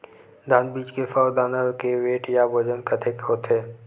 धान बीज के सौ दाना के वेट या बजन कतके होथे?